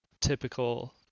typical